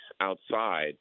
outside